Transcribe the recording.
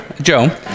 Joe